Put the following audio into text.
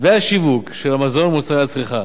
והשיווק של המזון ומוצרי הצריכה,